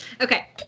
Okay